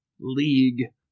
league